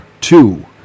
two